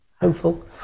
hopeful